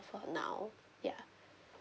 for now ya